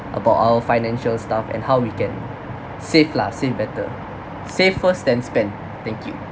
about our financial stuff and how we can save lah save better save first then spend thank you